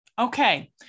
Okay